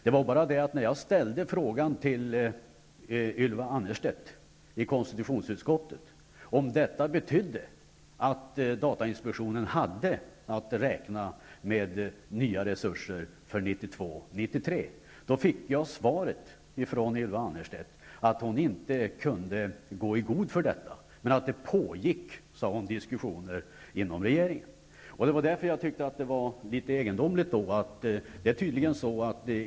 Det var bara det att när jag ställde frågan till Ylva Annerstedt i konstitutionsutskottet, om detta betydde att datainspektionen hade att räkna med nya resurser för 1992/93, fick jag svaret från Ylva Annerstedt att hon inte kunde gå i god för detta men att det pågick diskussioner inom regeringen. Det var därför jag tyckte att det var litet egendomligt.